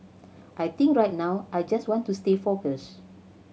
I think right now I just want to stay focused